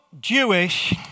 Jewish